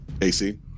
ac